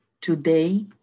today